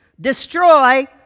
destroy